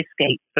escape